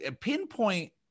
pinpoint